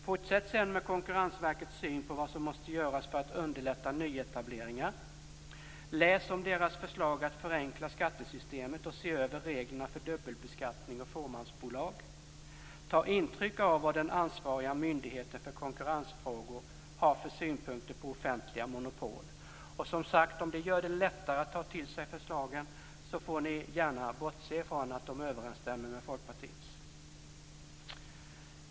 Fortsätt sedan med Konkurrensverkets syn på vad som måste göras för att underlätta nyetableringar. Läs om deras förslag att förenkla skattesystemet och se över reglerna för dubbelbeskattning och fåmansbolag. Ta intryck av vad den ansvariga myndigheten för konkurrensfrågor har för synpunkter på offentliga monopol. Och, som sagt, om det gör det lättare att ta till sig förslagen får ni gärna bortse från att de överensstämmer med Folkpartiets.